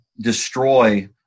destroy